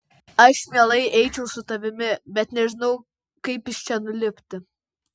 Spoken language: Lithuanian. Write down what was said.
aš mielai eičiau su tavimi bet nežinau kaip iš čia nulipti